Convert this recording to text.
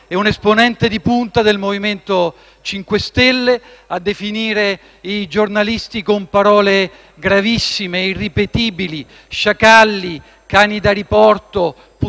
e un esponente di punta del MoVimento 5 Stelle a definire i giornalisti con parole gravissime e irripetibili - «sciacalli», «cani da riporto» e «puttane»